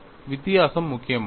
வித்தியாசம் முக்கியமானது